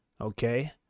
Okay